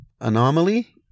anomaly